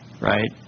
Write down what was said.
right